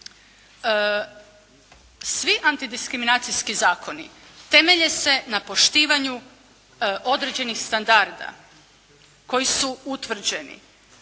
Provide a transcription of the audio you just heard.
Svi antidiskriminacijski zakoni temelje se na poštivanju određenih standarda koji su utvrđeni.